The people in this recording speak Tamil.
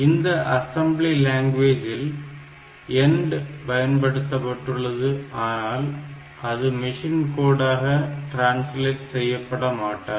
இந்த அசெம்பிளி லேங்குவேஜ் இல் end பயன்படுத்தப்பட்டுள்ளது ஆனால் அது மிஷின் கோடாக டிரான்ஸ்லேட் செய்யப்படமாட்டாது